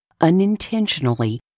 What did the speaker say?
unintentionally